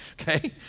okay